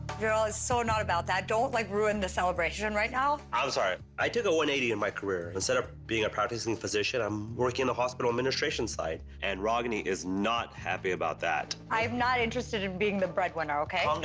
veeral it's so not about that. don't like ruin the celebration and right now. i'm sorry. i took a one hundred and eighty in my career. instead of being a practicing physician, i'm working in the hospital administration side. and ragini is not happy about that. i'm not interested in being the breadwinner, okay?